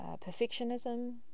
perfectionism